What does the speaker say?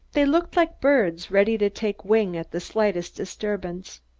they looked like birds, ready to take wing at the slightest disturbance.